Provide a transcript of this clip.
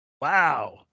wow